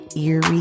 eerie